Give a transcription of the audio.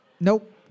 Nope